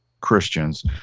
Christians